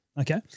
Okay